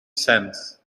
sense